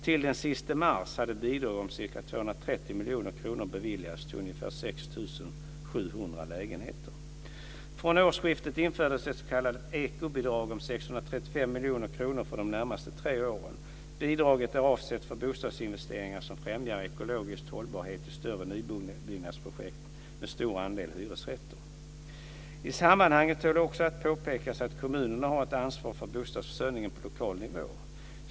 Till den 31 mars hade bidrag om ca 230 miljoner kronor beviljats till ungefär 6 700 lägenheter. 635 miljoner kronor för de närmaste tre åren. Bidraget är avsett för bostadsinvesteringar som främjar ekologisk hållbarhet i större nybyggnadsprojekt med stor andel hyresrätter. I sammanhanget tål också att påpekas att kommunerna har ett ansvar för bostadsförsörjningen på lokal nivå.